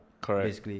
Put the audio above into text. Correct